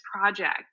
project